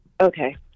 Okay